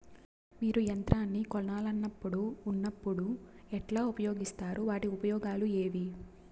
మీరు యంత్రాన్ని కొనాలన్నప్పుడు ఉన్నప్పుడు ఎట్లా ఉపయోగిస్తారు వాటి ఉపయోగాలు ఏవి?